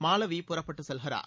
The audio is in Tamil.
மாலவி புறப்பட்டுச் செல்கிறார்